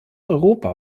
europa